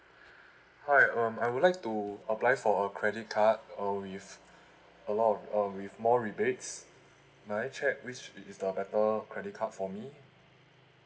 hi um I would like to apply for a credit card uh with a lot of uh with more rebates can I check which is the better credit card for me